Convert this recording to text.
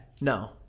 No